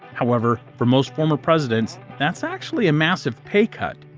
however, for most former presidents, that's actually a massive pay cut.